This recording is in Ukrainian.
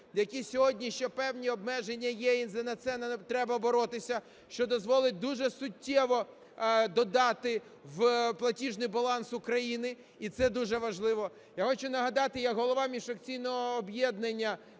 які сьогодні ще певні обмеження є, і за це нам треба боротися, що дозволить дуже суттєво додати в платіжний баланс України, і це дуже важливо. Я хочу нагадати як голова міжфракційного об'єднання